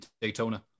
Daytona